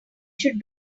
should